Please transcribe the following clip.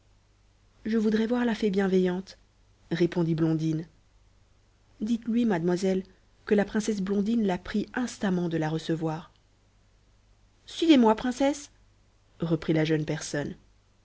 je voudrais voir la fée bienveillante répondit blondine dites-lui mademoiselle que la princesse blondine la prie instamment de la recevoir illustration le voyage suivez-moi princesse reprit la jeune personne